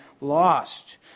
lost